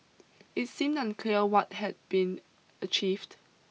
it seemed unclear what had been achieved